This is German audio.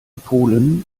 polen